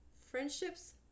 Friendships